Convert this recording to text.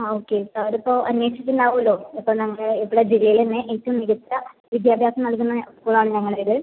ആ okay sir ഇതിപ്പോൾ അന്വേഷിച്ചിട്ട് ഉണ്ടാവുമല്ലൊ ഇപ്പം നമ്മള് ഇവിടെ ജില്ലയിലെന്നെ ഏറ്റവും മികച്ച വിദ്യാഭ്യാസം നൽകുന്ന സ്കൂൾ ആണ് ഞങ്ങളുടേത്